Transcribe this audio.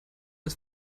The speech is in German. ist